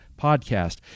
podcast